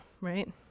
right